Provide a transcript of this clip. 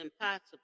impossible